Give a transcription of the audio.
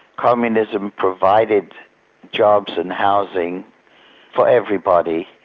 communism provided jobs and housing for everybody.